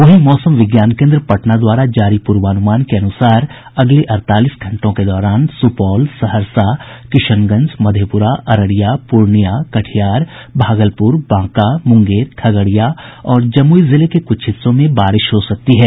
वहीं मौसम विज्ञान केन्द्र पटना द्वारा जारी पूर्वानुमान के अनुसार अगले अड़तालीस घंटों के दौरान सुपौल सहरसा किशनगंज मधेपुरा अररिया पूर्णियां कटिहार भागलपुर बांका मुंगेर खगड़िया और जमुई जिले के कुछ हिस्सों में बारिश हो सकती है